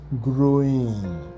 growing